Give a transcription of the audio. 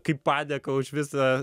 kaip padėką už visa